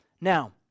Now